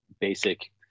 basic